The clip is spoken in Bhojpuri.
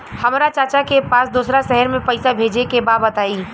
हमरा चाचा के पास दोसरा शहर में पईसा भेजे के बा बताई?